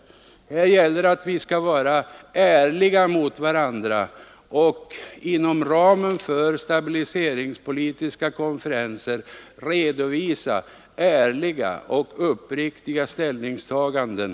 Det gäller för oss att vara ärliga mot varandra och att inom ramen för stabiliseringspolitiska konferenser redovisa ärliga och uppriktiga ställningstaganden.